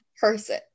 person